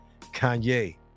Kanye